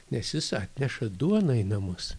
nes jis atneša duoną į namus